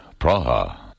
Praha